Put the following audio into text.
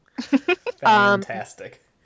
Fantastic